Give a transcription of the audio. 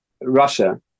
Russia